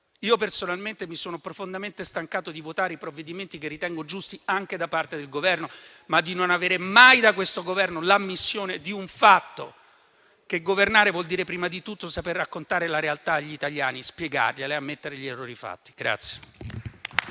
Io, personalmente, mi sono profondamente stancato di votare i provvedimenti del Governo che ritengo giusti, ma di non avere mai, da questo Governo, l'ammissione di un fatto: che governare vuol dire prima di tutto saper raccontare la realtà agli italiani, spiegargliela e ammettere gli errori fatti.